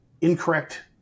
incorrect